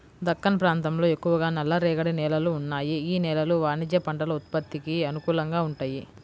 దక్కన్ ప్రాంతంలో ఎక్కువగా నల్లరేగడి నేలలు ఉన్నాయి, యీ నేలలు వాణిజ్య పంటల ఉత్పత్తికి అనుకూలంగా వుంటయ్యి